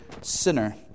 sinner